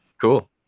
cool